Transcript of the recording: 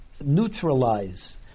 neutralize